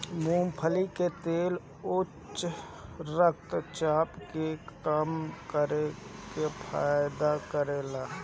मूंगफली के तेल उच्च रक्त चाप के कम करे में फायदा करेला